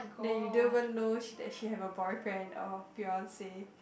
then you don't even know she that she have a boyfriend or fiance